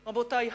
רבותי,